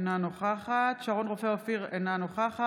אינה נוכחת שרון רופא אופיר, אינה נוכחת